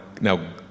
now